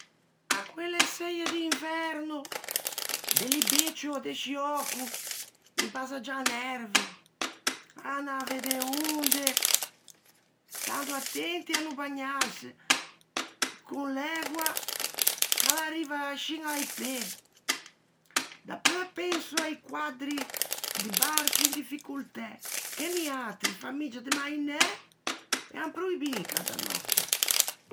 A quelle seie d'inverno de libeccio ò de sciöco in passaggiâ Nervi à anâ à vedde e onde, stando attenti à no bagnâse con l'ægua ch'a l'arriva scin a-i pê. Dapeu penso a-i quaddri di barchi in difficoltæ, che niatri, famiggia de mainæ, ean proibii in casa nòstra.